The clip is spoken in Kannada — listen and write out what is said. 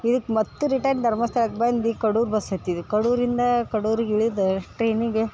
ಇದಕ್ಕೆ ಮತ್ತೆ ರಿಟರ್ನ್ ಧರ್ಮಸ್ಥಳಕ್ಕೆ ಬಂದು ಕಡೂರ್ ಬಸ್ ಹತ್ತಿದ್ವಿ ಕಡೂರಿಂದ ಕಡೂರಿಗೆ ಇಳಿದು ಟ್ರೈನಿಗೆ